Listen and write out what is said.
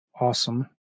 awesome